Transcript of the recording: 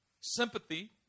sympathy